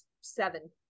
seven